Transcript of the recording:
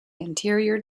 interior